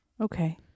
Okay